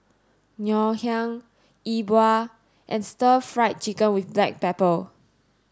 Ngoh Hiang Yi Bua and stir fried chicken with black pepper